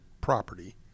property